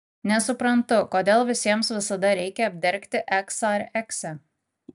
nesuprantu kodėl visiems visada reikia apdergti eksą ar eksę